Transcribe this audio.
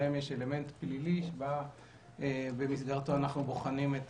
אלמנט פלילי שבמסגרתו אנחנו בוחנים את